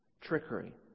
Trickery